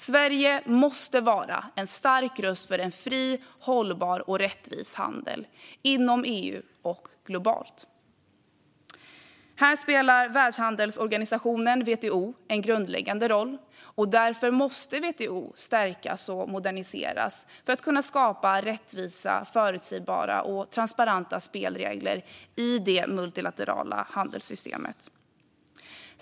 Sverige måste vara en stark röst för en fri, hållbar och rättvis handel inom EU och globalt. Här spelar Världshandelsorganisationen, WTO, en grundläggande roll. Därför måste WTO stärkas och moderniseras för att kunna skapa rättvisa, förutsägbara och transparenta spelregler i det multilaterala handelssystemet.